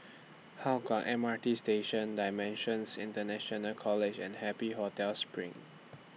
Hougang M R T Station DImensions International College and Happy Hotel SPRING